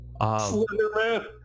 Slenderman